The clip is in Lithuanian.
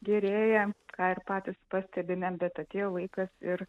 gerėja ką ir patys pastebime bet atėjo laikas ir